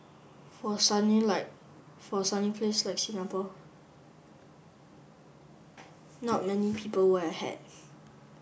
for a sunny like for a sunny place like Singapore not many people wear a hat